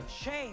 Shame